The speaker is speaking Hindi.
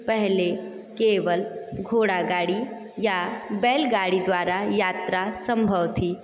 पहले केवल घोड़ा गाड़ी या बैल गाड़ी द्वारा यात्रा संभव थी